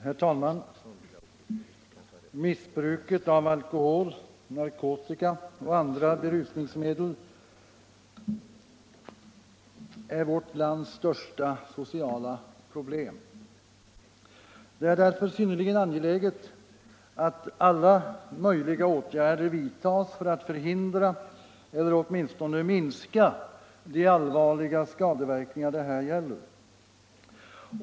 Herr talman! Missbruket av alkohol, narkotika och andra berusningsmedel är vårt lands största sociala problem. Det är därför synnerligen angeläget att alla möjliga åtgärder vidtas för att förhindra — eller åtminstone minska — de allvarliga skadeverkningar det här gäller.